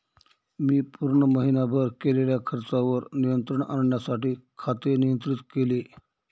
मी पूर्ण महीनाभर केलेल्या खर्चावर नियंत्रण आणण्यासाठी खाते नियंत्रित केले